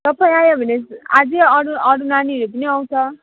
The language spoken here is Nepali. तपाईँ आयो भने अझै अरू अरू नानीहरू पनि आउँछ